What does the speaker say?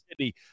City